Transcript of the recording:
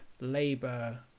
labor